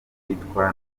witwa